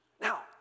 Now